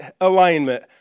alignment